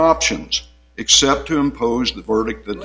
options except to impose the verdict the